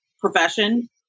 profession